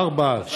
ארבע,